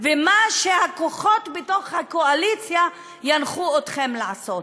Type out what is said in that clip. ומה שהכוחות בתוך הקואליציה ינחו אתכם לעשות?